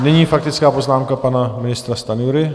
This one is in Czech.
Nyní faktická poznámka pana ministra Stanjury.